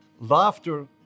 Laughter